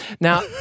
Now